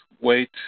wait